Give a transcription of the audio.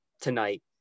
tonight